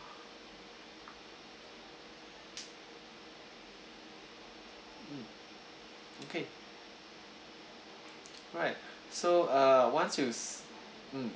mm okay right so uh once you s~ mm